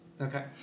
Okay